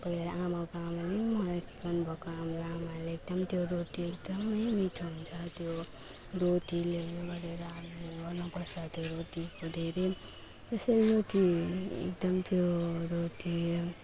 पहिला आमाको आमाले मलाई सिकाउनु भएको हाम्रो आमाले एकदम त्यो रोटी एकदमै मिठो हुन्छ त्यो रोटीले उयो गरेर हामीले गर्नुपर्छ त्यो रोटीको धेरै त्यसरी रोटी एकदम त्यो रोटी